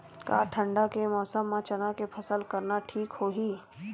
का ठंडा के मौसम म चना के फसल करना ठीक होही?